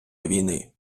війни